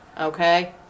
Okay